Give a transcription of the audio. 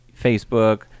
facebook